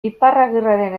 iparragirreren